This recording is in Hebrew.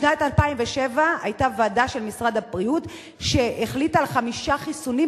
בשנת 2007 החליטה ועדה של משרד הבריאות על חמישה חיסונים,